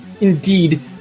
indeed